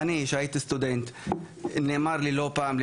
אני שהייתי סטודנט נאמר לי לא פעם,